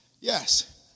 Yes